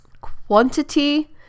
Quantity